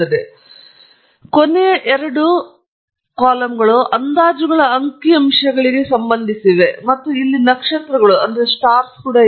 ತದನಂತರ ಕೊನೆಯ ಎರಡು ಈ ಅಂದಾಜುಗಳ ಅಂಕಿಅಂಶಗಳಿಗೆ ಸಂಬಂಧಿಸಿವೆ ಮತ್ತು ಇಲ್ಲಿ ನಕ್ಷತ್ರಗಳು ಕೂಡ ಇವೆ